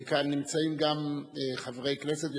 ונמצאים כאן חברי כנסת,